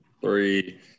three